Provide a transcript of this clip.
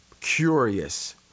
curious